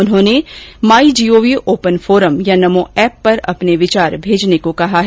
उन्होंने my G O V open forum या NaMo app पर अपने विचार भेजने को कहा है